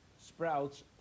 sprouts